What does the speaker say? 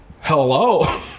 hello